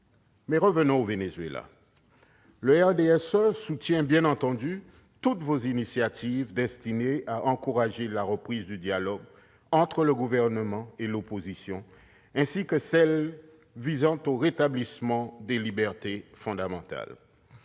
Bien entendu, les élus du RDSE soutiennent toutes vos initiatives destinées à encourager la reprise du dialogue entre le gouvernement vénézuélien et l'opposition, ainsi que celles visant au rétablissement des libertés fondamentales.